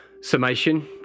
summation